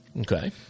Okay